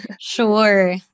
Sure